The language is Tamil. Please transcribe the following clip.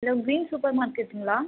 ஹலோ க்ரீன் சூப்பர் மார்க்கெட்டுங்களா